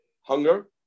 hunger